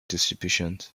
distributions